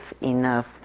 enough